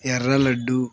ఎర్ర లడ్డు